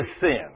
sin